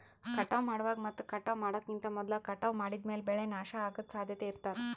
ಕಟಾವ್ ಮಾಡುವಾಗ್ ಮತ್ ಕಟಾವ್ ಮಾಡೋಕಿಂತ್ ಮೊದ್ಲ ಕಟಾವ್ ಮಾಡಿದ್ಮ್ಯಾಲ್ ಬೆಳೆ ನಾಶ ಅಗದ್ ಸಾಧ್ಯತೆ ಇರತಾದ್